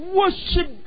worship